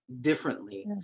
differently